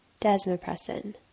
Desmopressin